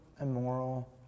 immoral